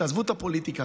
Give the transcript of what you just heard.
תעזבו את הפוליטיקה,